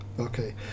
okay